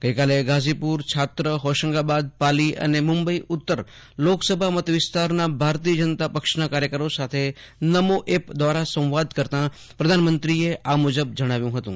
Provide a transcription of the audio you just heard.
આજે ગાઝીપુર છાત્ર હોશંગાબાદ પાલી અને મુંબઇઉત્તર લોકસભા મતવિસ્તારના ભાજપના કાર્યકરો સાથે નમો એપ દ્વારા સંવાદ કરતાં પ્રધાનમંત્રીએ આ મુજબ જજ્ઞાવ્યું હતું